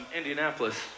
Indianapolis